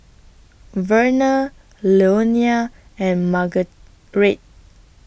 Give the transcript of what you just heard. Verner Leonia and Marguerite